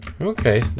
Okay